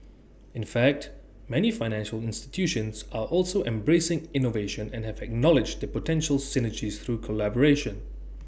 in fact many financial institutions are also embracing innovation and have acknowledged the potential synergies through collaboration